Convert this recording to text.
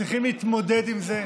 צריכים להתמודד עם זה.